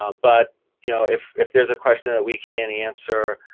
ah but you know if if there is a question that we can't answer,